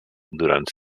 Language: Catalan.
durant